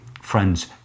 friends